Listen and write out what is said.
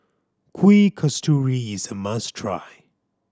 Kuih Kasturi is a must try